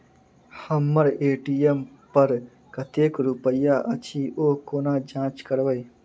हम्मर ए.टी.एम पर कतेक रुपया अछि, ओ कोना जाँच करबै?